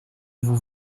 vous